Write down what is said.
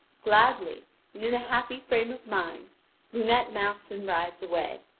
gladly and in a happy frame of mind lunete mounts and rides away,